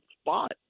spot